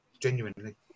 genuinely